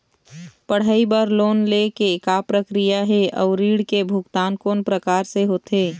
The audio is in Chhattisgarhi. पढ़ई बर लोन ले के का प्रक्रिया हे, अउ ऋण के भुगतान कोन प्रकार से होथे?